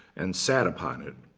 and sat upon it.